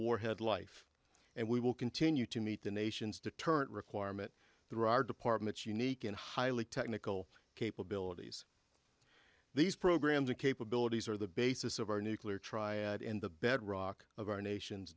warhead life and we will continue to meet the nation's deterrent requirement through our department's unique and highly technical capabilities these programs and capabilities are the basis of our nuclear triad in the bedrock of our nation's